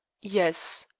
yes.